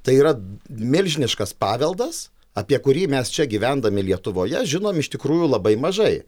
tai yra milžiniškas paveldas apie kurį mes čia gyvendami lietuvoje žinom iš tikrųjų labai mažai